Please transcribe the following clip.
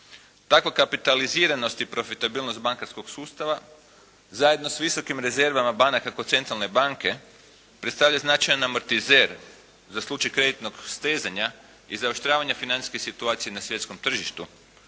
Tako kapitaliziranost i profitabilnost bankarskog sustava zajedno s visokim rezervama banaka kod centralne banke predstavlja značajan amortizer za slučaj kreditnog stezanja i zaoštravanja financijske situacije na svjetskom tržištu